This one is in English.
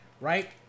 right